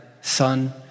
son